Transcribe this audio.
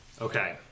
Okay